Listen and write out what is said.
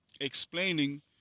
explaining